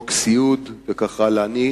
חוק סיעוד וכך הלאה.